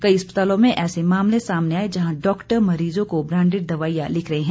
कई अस्पतालों में ऐसे मामले सामने आए जहां डॉक्टर मरीजों को ब्रांडेड दवाइयां लिख रहे हैं